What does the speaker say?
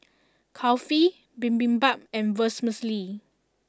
Kulfi Bibimbap and Vermicelli